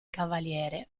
cavaliere